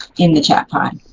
in the chat pod.